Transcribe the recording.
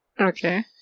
Okay